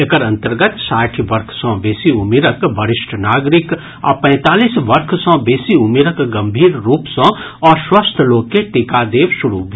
एकर अन्तर्गत साठि वर्ष सँ बेसी उमिरक वरिष्ठ नागरिक आ पैंतालीस वर्ष सँ बेसी उमिरक गम्मीर रूप सँ अस्वस्थ लोक के टीका देब शुरू भेल